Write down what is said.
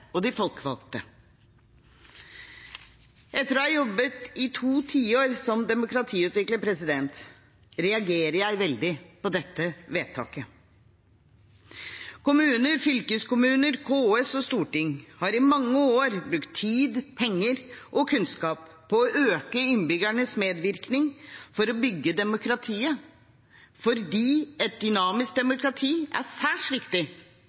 og de folkevalgte. Etter å ha jobbet i to tiår som demokratiutvikler reagerer jeg veldig på dette vedtaket. Kommuner, fylkeskommuner, KS og storting har i mange år brukt tid, penger og kunnskap på å øke innbyggernes medvirkning for å bygge demokratiet, fordi et dynamisk demokrati er særs viktig